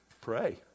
Pray